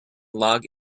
log